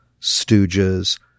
stooges